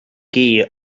gear